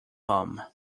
home